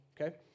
okay